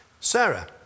Sarah